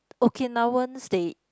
Okinawans they